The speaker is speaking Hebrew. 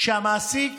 והמעסיק